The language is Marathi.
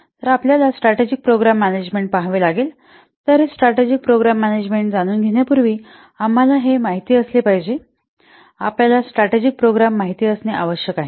तर आपल्याला स्ट्रॅटेजिक प्रोग्राम मॅनेजमेंट पहावे लागेल तर हे स्ट्रॅटेजिक प्रोग्राम मॅनेजमेंट जाणून घेण्यापूर्वी आम्हाला हे माहित असले पाहिजे आपल्याला स्ट्रॅटेजिक प्रोग्राम माहित असणे आवश्यक आहे